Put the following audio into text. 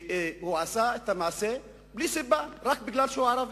שהוא עשה את המעשה בלי סיבה, רק בגלל שהוא ערבי.